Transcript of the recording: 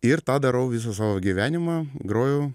ir tą darau visą savo gyvenimą groju